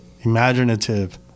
imaginative